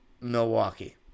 Milwaukee